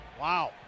Wow